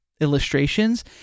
illustrations